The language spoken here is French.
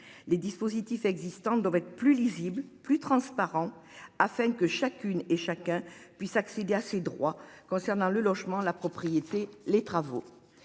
les dispositifs existants doivent être plus lisible, plus transparent, afin que chacune et chacun. Puissent accéder à ses droits concernant le logement, la propriété les travaux.